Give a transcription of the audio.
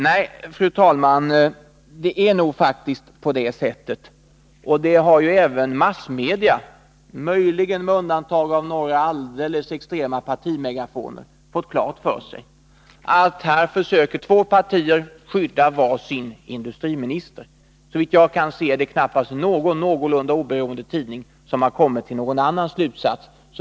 Nej, fru talman, det är nog faktiskt på det sättet. Även massmedia, möjligen med undantag av några alldeles extrema partimegafoner, har ju fått klart för sig att här försöker två partier skydda var sin industriminister. Såvitt jag kan se är det knappast någon någorlunda oberoende tidning som har kommit till någon annan slutsats.